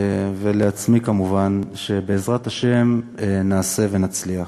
ולעצמי כמובן, שבעזרת השם נעשה ונצליח.